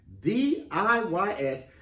DIYS